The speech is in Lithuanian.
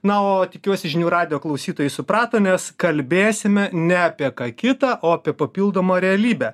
na o tikiuosi žinių radijo klausytojai suprato nes kalbėsime ne apie ką kitą o apie papildomą realybę